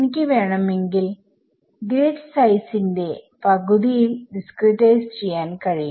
എനിക്ക് വേണമെങ്കിൽ ഗ്രിഡ് സൈസിന്റെ പകുതിയിൽ ഡിസ്ക്രിടൈസ് ചെയ്യാൻ കഴിയും